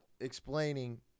explaining